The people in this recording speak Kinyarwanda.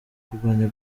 kurwanya